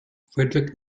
friedrich